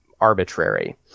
Arbitrary